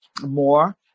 more